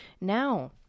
now